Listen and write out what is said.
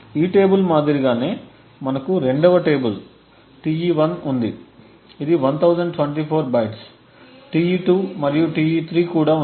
ఈ టేబుల్ మాదిరిగానే మనకు 2 వ టేబుల్ Te1 ఉంది ఇది 1024 బైట్లు Te2 మరియు Te3 కూడా ఉన్నాయి